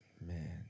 Man